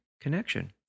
connection